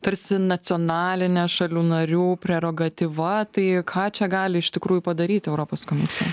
tarsi nacionalinė šalių narių prerogatyva tai ką čia gali iš tikrųjų padaryti europos komisija